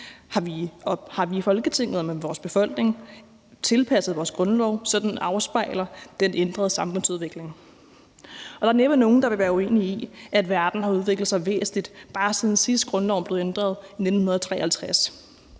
har vi i Folketinget og med vores befolkning tilpasset vores grundlov, så den afspejler den ændrede samfundsudvikling. Der er næppe nogen, der vil være uenig i, at verden har udviklet sig væsentligt, bare siden sidst grundloven blev ændret, i 1953.